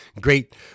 Great